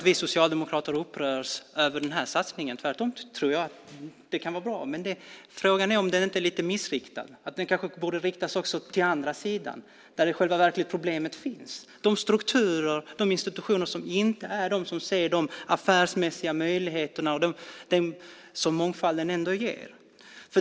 Vi Socialdemokrater upprörs inte över den här satsningen. Tvärtom tror jag att den kan vara bra, men frågan är om den inte är lite missriktad. Den borde kanske riktas också mot andra sidan, där problemet i själva verket finns. Där finns de strukturer och institutioner som inte ser de affärsmässiga möjligheter som mångfalden ger.